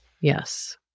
Yes